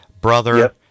brother